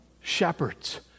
shepherds